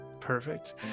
perfect